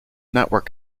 network